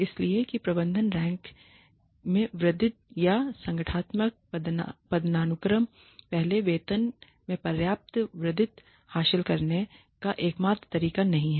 इसलिए कि प्रबंधन रैंक में वृद्धि या संगठनात्मक पदानुक्रम केवल वेतन में पर्याप्त वृद्धि हासिल करने का एकमात्र तरीका नहीं है